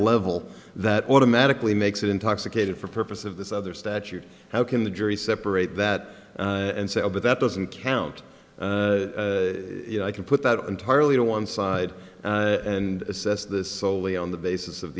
level that automatically makes it intoxicated for purposes of this other statute how can the jury separate that and say oh but that doesn't count i can put that entirely on one side and assess this solely on the basis of